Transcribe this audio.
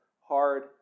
hard